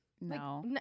No